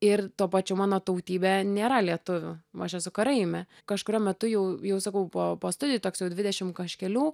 ir tuo pačiu mano tautybė nėra lietuvių aš esu karaimė kažkuriuo metu jau jau sakau po po studijų toks jau dvidešim kažkelių